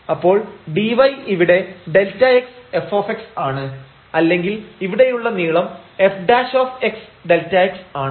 അപ്പോൾ dy ഇവിടെ Δx f ആണ് അല്ലെങ്കിൽ ഇവിടെയുള്ള നീളം fΔx ആണ്